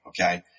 Okay